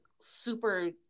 super